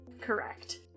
correct